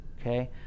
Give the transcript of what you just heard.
okay